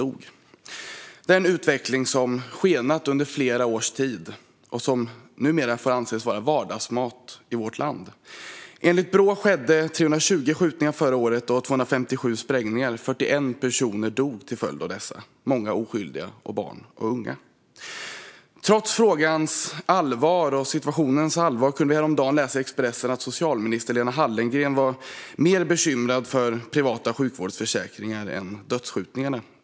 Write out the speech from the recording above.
Detta är en utveckling som har skenat under flera års tid och som numera får anses vara vardagsmat i vårt land. Enligt Brå skedde 320 skjutningar och 257 sprängningar förra året. Till följd av dessa dog 41 personer, många oskyldiga, barn och unga. Trots frågans och situationens allvar kunde vi häromdagen läsa i Expressen att socialminister Lena Hallengren var mer bekymrad över privata sjukvårdsförsäkringar än över dödsskjutningarna.